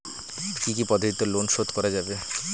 কি কি পদ্ধতিতে লোন শোধ করা যাবে?